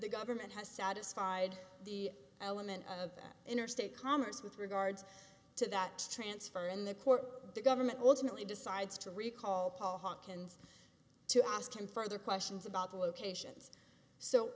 the government has satisfied the element of interstate commerce with regards to that transfer and the court the government ultimately decides to recall paul hawkins to ask him further questions about the locations so